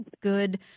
good